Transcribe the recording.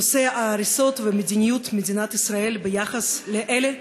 נושא ההריסות ומדיניות מדינת ישראל ביחס לאלה